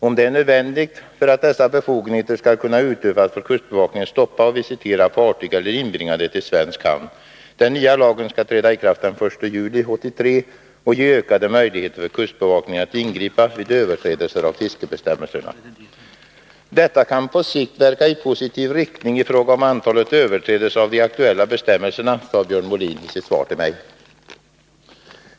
Om det är nödvändigt för att dessa befogenheter skall kunna utövas får kustbevakningen stoppa och visitera fartyg eller inbringa det till svensk hamn. Den nya lagen skall träda i kraft den 1 juli 1983 och ge ökade möjligheter för kustbevakningen att ingripa vid överträdelse mot fiskebestämmelserna. Detta kan på sikt verka i positiv riktning i fråga om antalet överträdelser av de aktuella bestämmelserna, sade Björn Molin i sitt svar till mig.